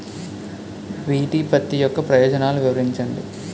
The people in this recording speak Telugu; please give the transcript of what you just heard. బి.టి పత్తి యొక్క ప్రయోజనాలను వివరించండి?